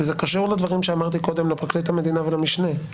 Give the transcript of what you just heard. זה קשור לדברים שאמרתי קודם לפרקליט המדינה ולמשנה.